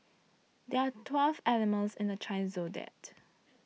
there are twelve animals in the Chinese zodiac